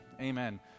Amen